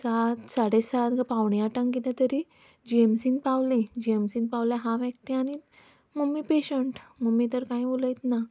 सात साडे सात कांय पावणे आठांक कितें तरी जी एम सींत पावलीं जी एम सींत पावल्यार हांव एकठें आनी मम्मी पॅशंट मम्मी तर कांय उलयच ना